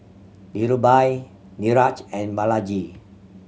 Dhirubhai Niraj and Balaji